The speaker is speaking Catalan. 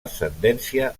ascendència